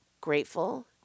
grateful